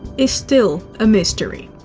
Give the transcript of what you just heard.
is still a mystery.